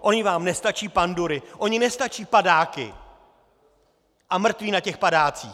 Ony vám nestačí pandury, ony nestačí padáky a mrtví na těch padácích?